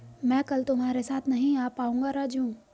मैं कल तुम्हारे साथ नहीं आ पाऊंगा राजू